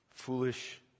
foolish